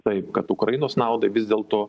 taip kad ukrainos naudai vis dėl to